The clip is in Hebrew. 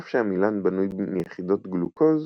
אף שעמילן בנוי מיחידות גלוקוז,